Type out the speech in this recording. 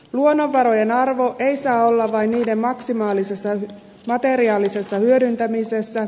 luonnonvarojen arvo ei saa olla vain niiden maksimaalisessa materiaalisessa hyödyntämisessä